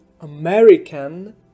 American